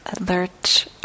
alert